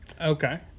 Okay